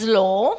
law